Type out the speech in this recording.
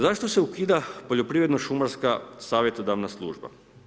Zašto se ukida poljoprivredno-šumarska savjetodavna služba?